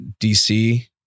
DC